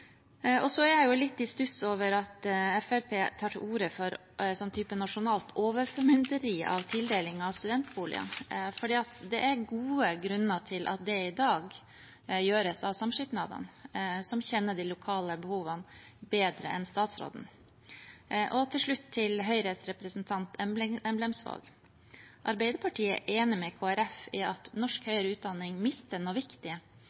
Jeg er litt i stuss over at Fremskrittspartiet tar til orde for en type nasjonalt overformynderi for tildeling av studentboliger, for det er gode grunner til at dette i dag gjøres av samskipnadene, som kjenner de lokale behovene bedre enn statsråden. Til slutt til Høyres representant Emblemsvåg: Arbeiderpartiet er enig med Kristelig Folkeparti i at norsk høyere utdanning mister noe